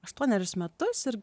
aštuonerius metus ir